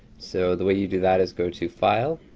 so the way you do that is go to file,